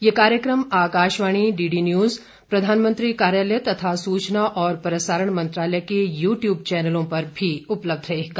यह कार्यक्रम Akashvani DD news प्रधानमंत्री कार्यालय तथा सूचना और प्रसारण मंत्रालय के यू ट्यूब चैनलों पर भी उपलब्ध रहेगा